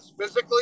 Physically